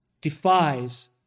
defies